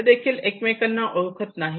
ते देखील एकमेकांना ओळखत नाहीत